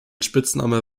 spitzname